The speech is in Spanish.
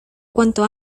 cuanto